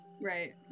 Right